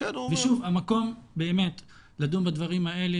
ושוב המקום באמת לדון בדברים האלה,